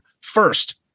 First